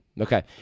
Okay